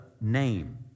name